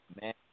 man